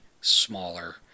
smaller